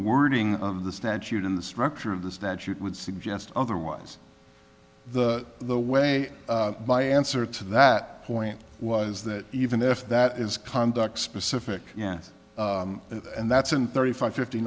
wording of the statute in the structure of the statute would suggest otherwise the way by answer to that point was that even if that is conduct specific yes and that's and thirty five fifty